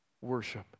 worship